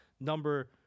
number